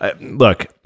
look